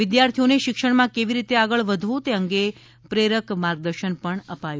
વિદ્યાર્થીઓને શિક્ષણમાં કેવી રીતે આગળ વધવું તે અંગે પ્રેરક માર્ગદર્શન પણ અપાયું હતું